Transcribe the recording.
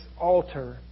altar